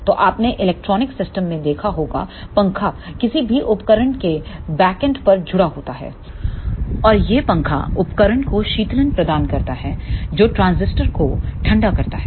तो आपने electronic system में देखा होगा पंखा किसी भी उपकरण के बैकेंड पर जुड़ा होता है और यह पंखा उपकरण को शीतलन प्रदान करता है जो ट्रांजिस्टर को ठंडा करता है